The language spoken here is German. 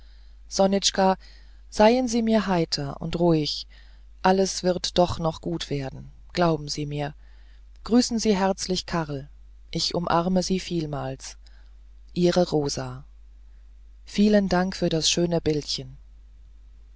sonitschka seien sie mir heiter und ruhig alles wird doch noch gut werden glauben sie mir grüßen sie herzlichst karl ich umarme sie vielmals ihre rosa vielen dank für das schöne bildchen